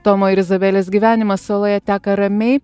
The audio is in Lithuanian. tomo ir izabelės gyvenimas saloje teka ramiai